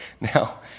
Now